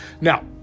Now